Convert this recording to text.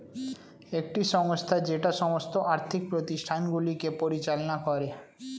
একটি সংস্থা যেটা সমস্ত আর্থিক প্রতিষ্ঠানগুলিকে পরিচালনা করে